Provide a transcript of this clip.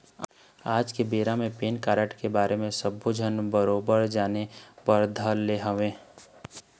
आज के बेरा म पेन कारड के बारे म सब्बो झन बरोबर जाने बर धर ले हवय